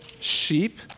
sheep